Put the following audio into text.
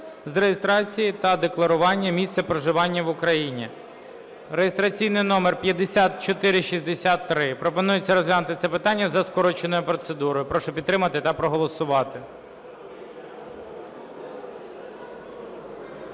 з реєстрації та декларування місця проживання в Україні (реєстраційний номер 5463). Пропонується розглянути це питання за скороченою процедурою. Прошу підтримати та проголосувати.